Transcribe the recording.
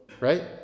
right